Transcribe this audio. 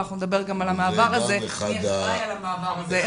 ואנחנו נדבר גם על המעבר הזה ומי אחראי על המעבר הזה.